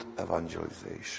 evangelization